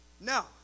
No